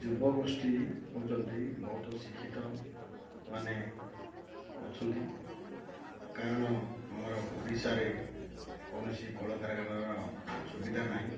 ଯୁବଗୋଷ୍ଠୀ ହେଉଛନ୍ତି ବହୁତ ଶିକ୍ଷିତ ମାନେ ଅଛନ୍ତି କାରଣ ଆମର ଓଡ଼ିଶାରେ କୌଣସି କଳକାରଖାନାର ସୁବିଧା ନାହିଁ